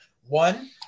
One